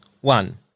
One